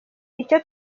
icyo